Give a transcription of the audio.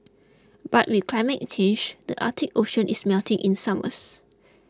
but with climate change the Arctic Ocean is melting in summers